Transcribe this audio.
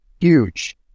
huge